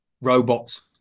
robots